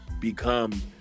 become